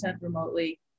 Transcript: remotely